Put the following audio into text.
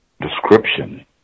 description